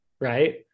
right